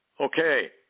Okay